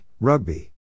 Rugby